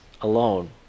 alone